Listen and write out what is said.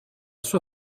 sua